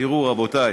תראו, רבותי,